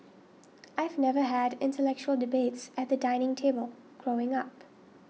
I've never had intellectual debates at the dining table growing up